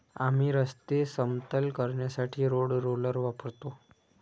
आम्ही रस्ते समतल करण्यासाठी रोड रोलर वापरतो